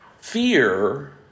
fear